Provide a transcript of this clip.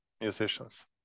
musicians